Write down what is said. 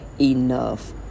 enough